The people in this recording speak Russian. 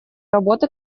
работы